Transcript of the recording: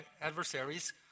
adversaries